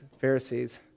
Pharisees